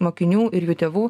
mokinių ir jų tėvų